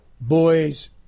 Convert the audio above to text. boys